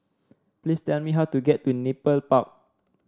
please tell me how to get to Nepal Park